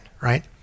right